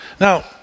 Now